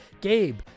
Gabe